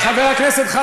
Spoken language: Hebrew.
לא לא,